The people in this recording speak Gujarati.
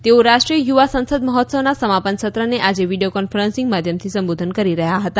તેઓ રાષ્ટ્રીય યુવા સંસદ મહોત્સવના સમાપન સત્રને આજે વીડિયો કોન્ફરન્સિંગ માધ્યમથી સંબોધન કરી રહ્યા હતા